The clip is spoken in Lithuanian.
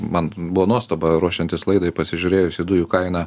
man buvo nuostaba ruošiantis laidai pasižiūrėjus į dujų kainą